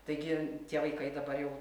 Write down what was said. taigi tie vaikai dabar jau